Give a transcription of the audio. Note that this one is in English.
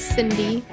Cindy